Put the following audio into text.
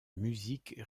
musique